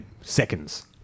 seconds